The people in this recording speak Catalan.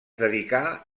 dedicà